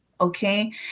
Okay